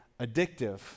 addictive